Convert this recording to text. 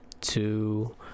two